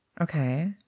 Okay